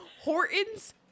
Horton's